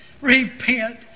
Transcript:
Repent